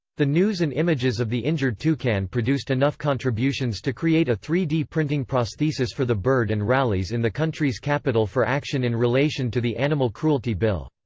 the news and images of the injured toucan produced enough contributions to create a three d printing prosthesis for the bird and rallies in the country's capital for action in relation to the animal cruelty bill.